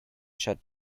shut